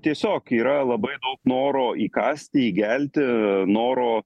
tiesiog yra labai daug noro įkąsti įgelti noro